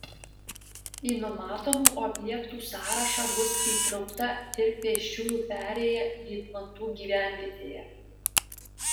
į numatomų objektų sąrašą bus įtraukta ir pėsčiųjų perėja vydmantų gyvenvietėje